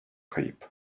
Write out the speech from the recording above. kayıp